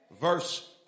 Verse